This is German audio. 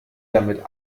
damit